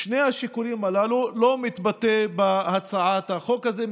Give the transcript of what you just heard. שני השיקולים הללו לא מתבטא בהצעת החוק הזאת.